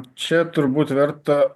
čia turbūt verta